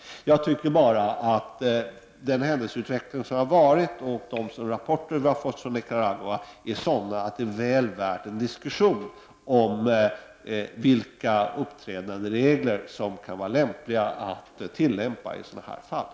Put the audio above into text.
Jag tycker bara att den händelseutveckling som varit och de rapporter som vi har fått från Nicaragua är sådana att det är väl värt att diskutera vilka uppträdanderegler som kan vara lämpliga i ett sådant här fall.